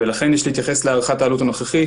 ולכן יש להתייחס להערכת העלות הנוכחית